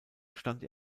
stand